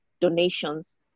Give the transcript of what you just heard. donations